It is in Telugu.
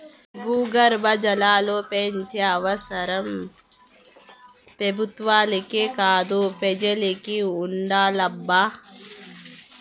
భూగర్భ జలాలు పెంచే అవసరం పెబుత్వాలకే కాదు పెజలకి ఉండాలబ్బా